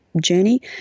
journey